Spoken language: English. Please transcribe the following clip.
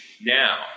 now